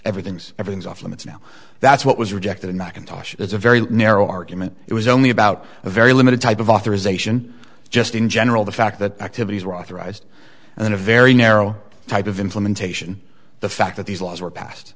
everything's everything's off limits now that's what was rejected in mcintosh it's a very narrow argument it was only about a very limited type of authorization just in general the fact that activities were authorized and in a very narrow type of implementation the fact that these laws were passed